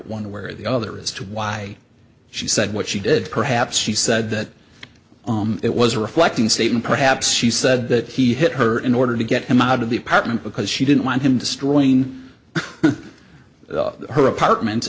where the other as to why she said what she did perhaps she said that it was reflecting statement perhaps she said that he hit her in order to get him out of the apartment because she didn't want him destroying her apartment